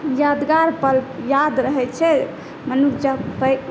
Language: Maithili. यादगार पल याद रहैत छै मनुष्य जब पैघ